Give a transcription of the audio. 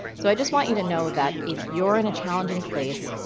so i just want you to know that if you're in a challenging place,